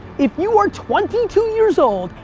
if you are twenty two years old,